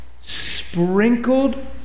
sprinkled